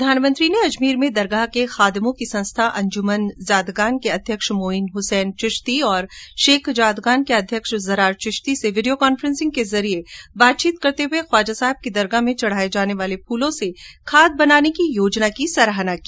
प्रधानमंत्री ने अजमेर में दरगाह के खादिमो की संस्था अंज्मन जादगान के अध्यक्ष मोइन हुसैन चिश्ती और शेखजादगान के अध्यक्ष जरार चिश्ती से वीडियो कांफेसिंग के जरिये बातचीत करते हुए ख्वाजा साहब की दरगाह में चढाये जाने वाले फूलों से खाद बनाने की योजना की सराहना की